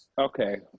Okay